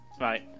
Right